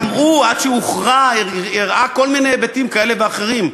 וגם הוא עד שהוכרע הראה כל מיני היבטים כאלה ואחרים.